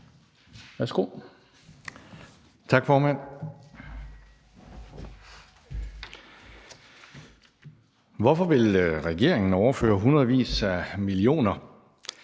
(DF): Tak, formand. Hvorfor vil regeringen overføre hundredevis af millioner